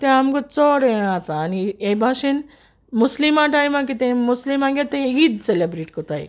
तें आमकां चोड हें जाता हे बाशेन मुस्लिमा टायमा कितें मुस्लिमागे ते ईद सेलेब्रेट कोत्ताय